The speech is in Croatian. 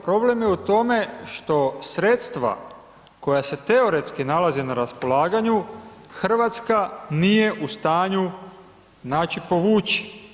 Problem je u tome što sredstva koja se teoretski nalaze na raspolaganju RH nije u stanju, znači, povući.